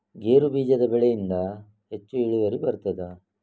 ಗೇರು ಬೀಜದ ಬೆಳೆಯಿಂದ ಹೆಚ್ಚು ಇಳುವರಿ ಬರುತ್ತದಾ?